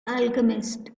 alchemist